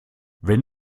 wenn